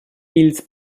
ils